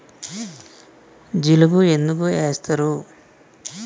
జిలుగు ఎందుకు ఏస్తరు?